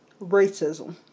racism